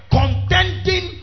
contending